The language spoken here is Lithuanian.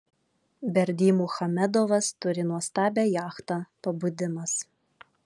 berdymuchamedovas turi nuostabią jachtą pabudimas